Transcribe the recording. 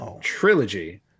Trilogy